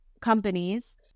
companies